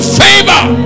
favor